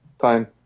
time